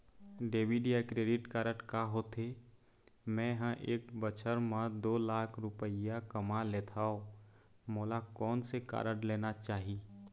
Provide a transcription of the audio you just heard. Debit या credit card का होथे, मे ह एक बछर म दो लाख रुपया कमा लेथव मोला कोन से कारड लेना चाही?